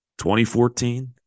2014